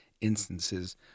instances